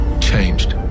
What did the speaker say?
changed